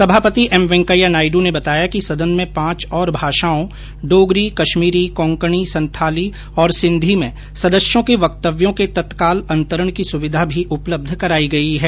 सभापति एम वेंकैया नायडू ने बताया कि सदन में पांच और भाषाओं डोगरी कश्मीरी कोंकणी संथाली और सिंधी में सदस्यों के वक्तव्यों के तत्काल अंतरण की सुविधा भी उपलब्ध कराई गई है